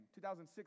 2006